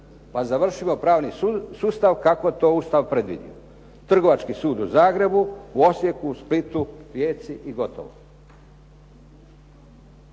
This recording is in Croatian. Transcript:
Pa završimo pravni sustav kako je to Ustav predvidio. Trgovački sud u Zagrebu, u Osijeku, u Splitu, Rijeci i gotovo.